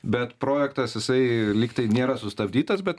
bet projektas jisai lyg tai nėra sustabdytas bet